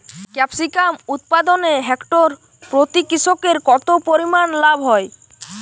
Capsicum উৎপাদনে hectare প্রতি কৃষকের কত পরিমান লাভ হয়?